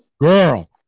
girl